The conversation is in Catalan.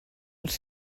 els